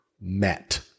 met